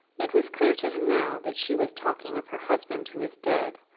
it was clear to him now that she was talking of her husband who was dead,